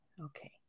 okay